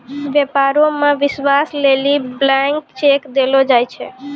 व्यापारो मे विश्वास लेली ब्लैंक चेक देलो जाय छै